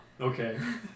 Okay